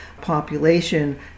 population